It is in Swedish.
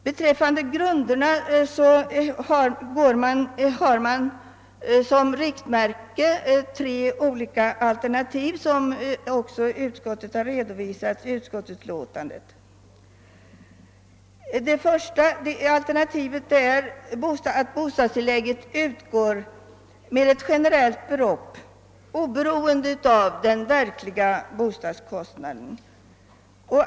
Beträffande grunderna för dessa har man ställt upp tre olika alternativ, som utskottet har redovisat i utlåtandet. Alternativ I innebär att bostadstillägget utgår med ett generellt belopp oberoende av den verkliga bostadskostnaden.